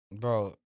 Bro